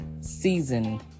seasoned